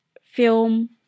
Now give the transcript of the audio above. film